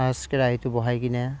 first কেৰাহীটো বহাই কিনে